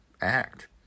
act